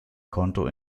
konto